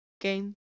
game